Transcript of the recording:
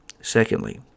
Secondly